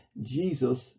Jesus